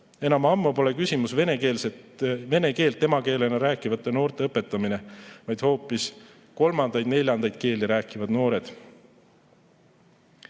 Enam ammu pole küsimus vene keelt emakeelena rääkivate noorte õpetamine, vaid hoopis kolmandaid-neljandaid keeli rääkivad noored.